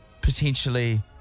potentially